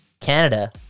Canada